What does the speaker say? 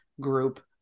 group